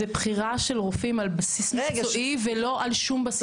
זה בחירה של רופאים על בסיס מקצועי ולא על שום בסיס אחר.